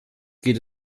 geht